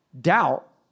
doubt